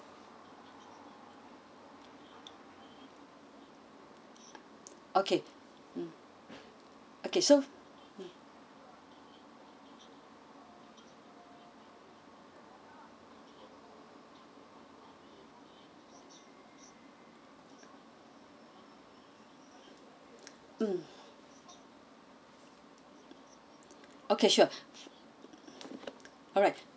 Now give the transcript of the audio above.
okay mm okay so mm okay sure alright